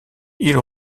ils